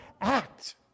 act